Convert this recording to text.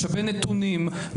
משאבי נתונים,